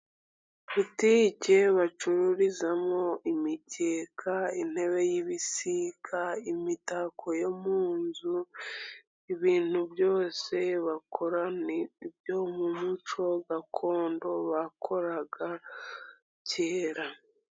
Butiki bacururizamo imikeka, intebe y'ibisika, imitako yo mu nzu, ibintu byose bakora, ni ibyo mu muco gakondo bakoraga kera.